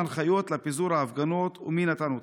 4. מה היו ההנחיות לפיזור ההפגנות ומי נתן אותן?